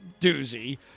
doozy